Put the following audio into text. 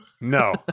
No